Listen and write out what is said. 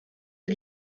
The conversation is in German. die